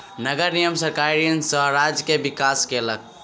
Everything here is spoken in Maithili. नगर निगम सरकारी ऋण सॅ राज्य के विकास केलक